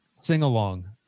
sing-along